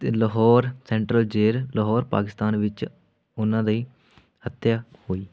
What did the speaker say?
ਅਤੇ Lahore central jail Lahore Pakistan ਵਿੱਚ ਉਨਾਂ ਦੀ ਹੱਤਿਆ ਹੋਈ